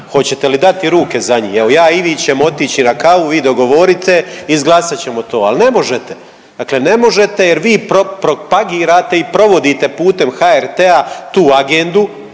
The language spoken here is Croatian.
Hoćete li dati ruke za njih? Evo, ja i vi ćemo otići na kavu, vi dogovorite, izglasat ćemo to, ali ne možete. Dakle ne možete jer vi propagirate i provodite putem HRT-a tu agendu,